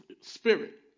spirit